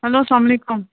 hello اسلام علیکُم